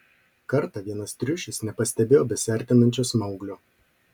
kartą vienas triušis nepastebėjo besiartinančio smauglio